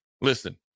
Listen